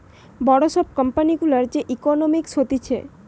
বড় সব কোম্পানি গুলার যে ইকোনোমিক্স হতিছে